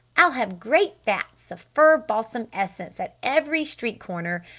i'll have great vats of fir balsam essence at every street corner!